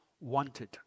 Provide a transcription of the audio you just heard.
wanted